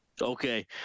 Okay